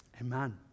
Amen